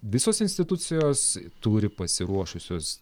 visos institucijos turi pasiruošusios